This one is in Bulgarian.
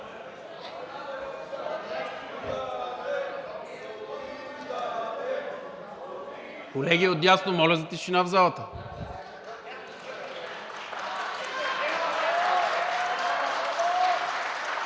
Колеги отдясно, моля за тишина в залата!